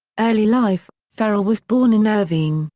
early life ferrell was born in irvine,